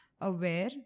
aware